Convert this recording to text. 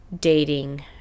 Dating